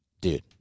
dude